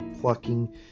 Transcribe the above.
plucking